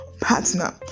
partner